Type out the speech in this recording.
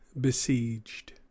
besieged